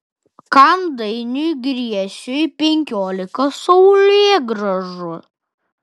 kam dainiui griesiui penkiolika saulėgrąžų